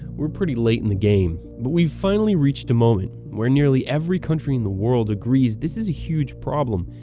we're pretty late in the game. but we've finally reached a moment where nearly every country in the world agrees this is a huge problem,